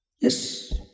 Yes